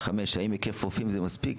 5. האם היקף הרופאים הזה מספיק